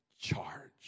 charge